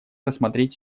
рассмотреть